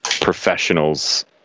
professionals